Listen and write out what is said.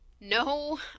no